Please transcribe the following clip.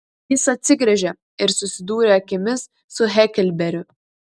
jis atsigręžė ir susidūrė akimis su heklberiu